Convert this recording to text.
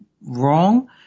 wrong